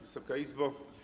Wysoka Izbo!